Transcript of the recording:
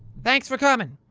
thanks for coming.